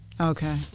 Okay